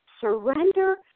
surrender